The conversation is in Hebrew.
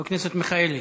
חבר הכנסת מיכאלי.